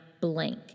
blank